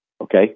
Okay